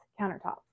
countertops